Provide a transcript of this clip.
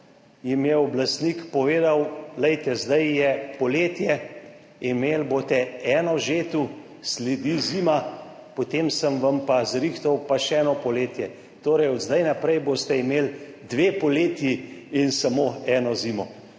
je oblastnik povedal, glejte, zdaj je poletje, imeli boste eno žetev, sledi zima, potem sem vam pa zrihtal pa še eno poletje, torej od zdaj naprej boste imeli dve poletji in samo eno zimo.